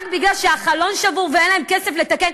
רק כי החלון שבור ואין להם כסף לתקן,